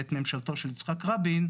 בעת ממשלתו של יצחק רבין,